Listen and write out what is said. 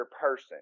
person